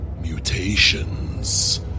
Mutations